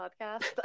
podcast